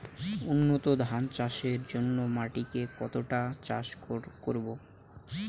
উন্নত ধান চাষের জন্য মাটিকে কতটা চাষ করব?